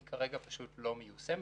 היא כרגע פשוט לא מיושמת,